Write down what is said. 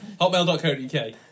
Hotmail.co.uk